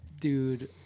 dude